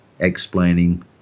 Explaining